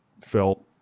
felt